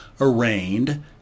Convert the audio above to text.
arraigned